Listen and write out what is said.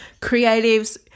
Creatives